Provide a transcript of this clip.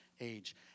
age